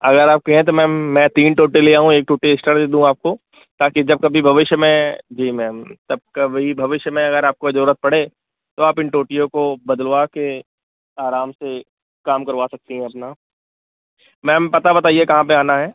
अगर आप कहे मैंम मैं तीन टोंटियाँ ले आऊं एक टोंटी एक्स्ट्रा दे दूँ आपको ताकि कभी भविष्य में जी मैंम तब कब कोई भविष्य में कोई जरूरत पड़े तो आप इन टोटियों को बदलवा के आराम से काम करवा सकती हैं अपना मैंम पता बताइए कहाँ पे आना है